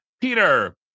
Peter